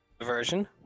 version